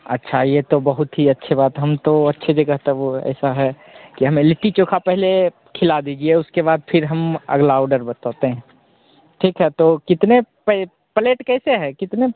अच्छा यह तो बहुत ही अच्छी बात हम तो अच्छे जगह तब ऐसा है कि हमें लिट्टी चोखा पहले खिला दीजिए उसके बाद फिर हम अगला ऑर्डर बताते हैं ठीक है तो कितने पै प्लेट कैसे हैं कितने